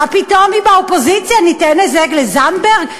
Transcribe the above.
מה פתאום, היא באופוזיציה, ניתן הישג לזנדברג?